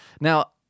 Now